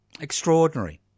Extraordinary